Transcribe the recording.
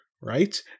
Right